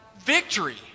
victory